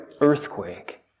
earthquake